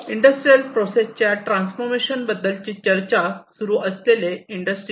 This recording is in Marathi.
इंडस्ट्रियल प्रोसेस च्या ट्रान्सफॉर्मेशन बद्दलची चर्चा सुरू असलेले इंडस्ट्री 4